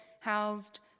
housed